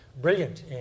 brilliant